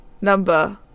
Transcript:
number